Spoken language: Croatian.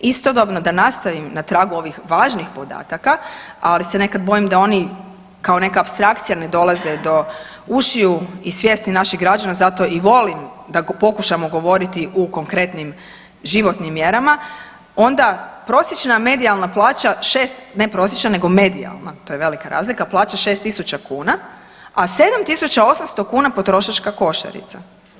Istodobno da nastavim na tragu ovih važnih podataka, ali se nekad bojim da oni kao neka apstrakcija ne dolaze do ušiju i svijesti naših građana zato i volim da pokušamo govoriti u konkretnim životnim mjerama, onda prosječna medijalna plaća, ne prosječna nego medijalna to je velika razlika, plaća 6.000 kuna, a 7.800 kuna potrošačka košarica.